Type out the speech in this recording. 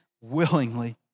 willingly